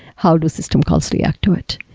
how do systems calls react to it?